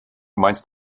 meinst